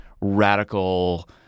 radical